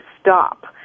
stop